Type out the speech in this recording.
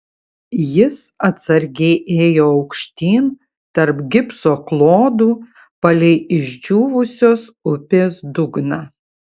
jis atsargiai ėjo aukštyn tarp gipso klodų palei išdžiūvusios upės dugną